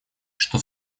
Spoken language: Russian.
что